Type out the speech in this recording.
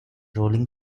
rolling